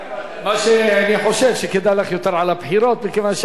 אני חושב שכדאי לך יותר על הבחירות מכיוון שעל החוק,